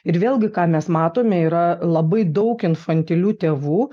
ir vėlgi ką mes matome yra labai daug infantilių tėvų